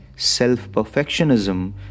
Self-perfectionism